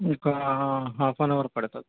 Micah half an hour పడుతుంది